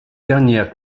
dernières